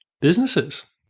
businesses